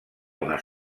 una